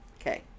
Okay